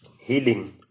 healing